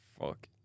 Fuck